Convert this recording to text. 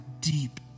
deep